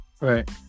Right